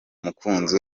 umukunzi